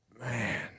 Man